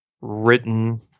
Written